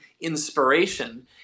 inspiration